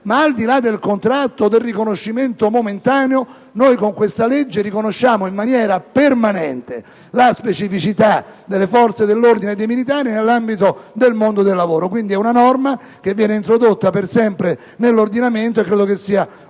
Al di là però del contratto o del riconoscimento momentaneo, con questa legge riconosciamo in maniera permanente la specificità delle forze dell'ordine e dei militari nell'ambito del mondo del lavoro. È una norma che viene introdotta per sempre nell'ordinamento e credo sia un atto